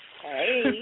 Hey